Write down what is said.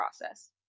process